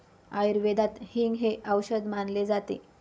आयुर्वेदात हिंग हे औषध मानले जाते